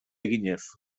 eginez